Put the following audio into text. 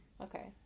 Okay